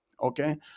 okay